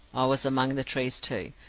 i was among the trees too,